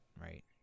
right